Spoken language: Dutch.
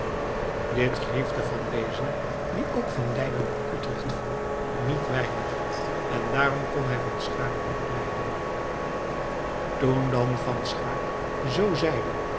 dit griefde van wezel die ook van leiden op utrecht voer niet weinig en daarom kon hij van schaeck niet lijden toen dan van schaeck zoo zeide